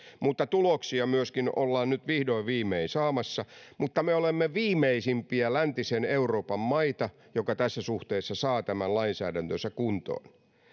mutta tuloksia myöskin ollaan nyt vihdoin viimein saamassa mutta me olemme viimeisimpiä läntisen euroopan maita joka tässä suhteessa saa lainsäädäntönsä kuntoon